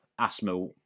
asthma